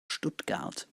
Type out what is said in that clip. stuttgart